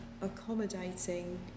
accommodating